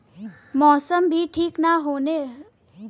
मौसम भी ठीक न होले पर फसल कम हो जाला